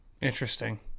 Interesting